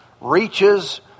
reaches